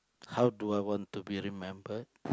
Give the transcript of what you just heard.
how do I want to be remembered